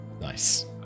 Nice